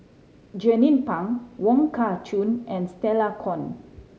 Jernnine Pang Wong Kah Chun and Stella Kon